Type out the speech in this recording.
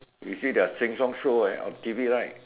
you see their Sheng-Siong show on T_V like